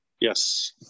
yes